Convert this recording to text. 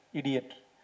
idiot